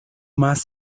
más